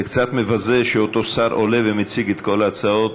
זה קצת מבזה שאותו שר עולה ומציג את כל ההצעות.